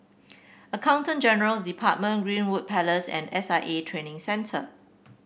Accountant General's Department Greenwood Place and S I A Training Centre